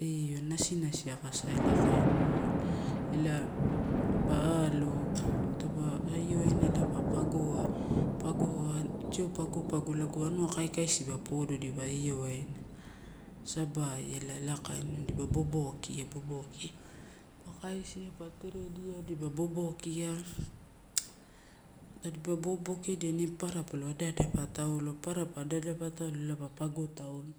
Io nasinasi aka sa ela kainiuala. Ela pa alo taupa io waina ela pa pagoa, pagoa, tio pago pago lago anua kai kaisi podoba dipa io waina sabaia ela, ela kainua dipa bobokia, bobokia. Pa kaisia pa teredia dipa bobokia, tadipa bobokia edia ine papara palo ada adapa taulo ela pa pago tauna,